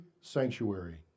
sanctuary